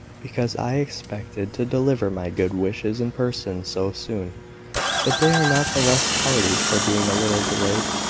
because i expected to deliver my good wishes in person so soon but they are not the less hearty for being a little delayed.